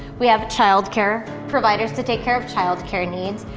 we have a childcare providers to take care of childcare needs.